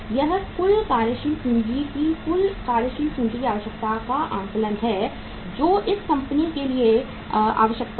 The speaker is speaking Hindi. यह कुल कार्यशील पूंजी की कुल कार्यशील पूंजी की आवश्यकता का आकलन है जो इस कंपनी के लिए आवश्यकता है